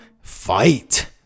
fight